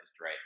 right